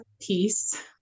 peace